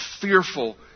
fearful